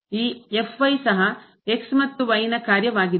ಈ ಸಹ ಮತ್ತು ನ ಕಾರ್ಯವಾಗಿದೆ